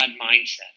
mindset